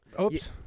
Oops